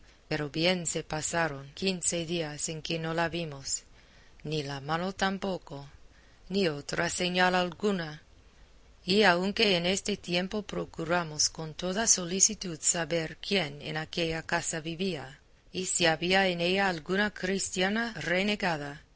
pero bien se pasaron quince días en que no la vimos ni la mano tampoco ni otra señal alguna y aunque en este tiempo procuramos con toda solicitud saber quién en aquella casa vivía y si había en ella alguna cristiana renegada